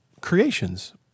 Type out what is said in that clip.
creations